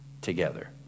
together